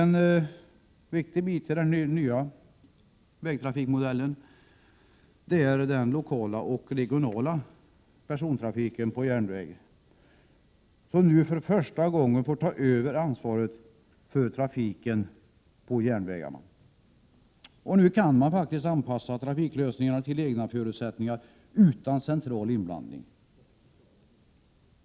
En viktig del av den nya vägtrafikmodellen är den lokala och regionala persontrafiken på järnväg, som nu för första gången får ta över ansvaret för trafiken på järnvägarna. Nu kan man faktiskt anpassa trafiklösningarna till egna förutsättningar utan central inblandning.